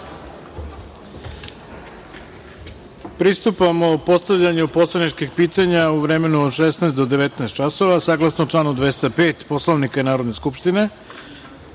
pristupamo postavljanju poslaničkih pitanja u vremenu od 16,00 do 19,00 časova, saglasno članu 205. Poslovnika Narodne skupštine. Pre